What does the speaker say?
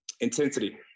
intensity